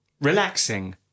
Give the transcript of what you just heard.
Relaxing